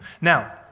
Now